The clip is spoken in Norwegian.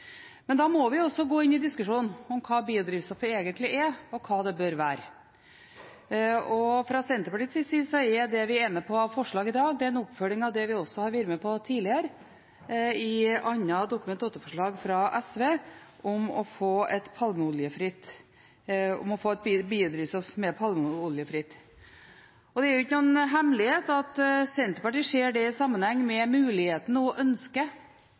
Da må vi også gå inn i diskusjonen om hva biodrivstoffet egentlig er, og hva det bør være. Fra Senterpartiets side er det vi er med på av forslag i dag, en oppfølging av det vi også har vært med på tidligere i et annet Dokument 8-forslag fra SV om å få et biodrivstoff som er palmeoljefritt. Det er ikke noen hemmelighet at Senterpartiet ser det i sammenheng med muligheten til, ønsket